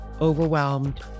overwhelmed